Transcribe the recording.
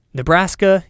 Nebraska